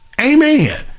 Amen